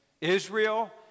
Israel